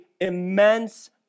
immense